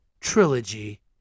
trilogy